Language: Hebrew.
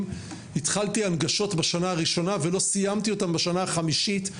התחלתי הנגשות בשנה הראשונה ולא סיימתי בשנה החמישית.